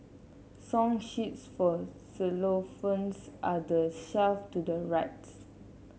song sheets for xylophones are the shelf to the rights